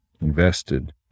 invested